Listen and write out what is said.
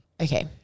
Okay